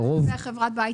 חסר כאן חברת בית.